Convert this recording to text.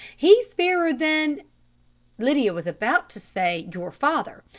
he's fairer than lydia was about to say your father,